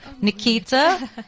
Nikita